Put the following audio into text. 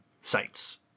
sites